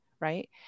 right